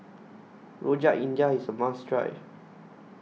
Rojak India IS A must Try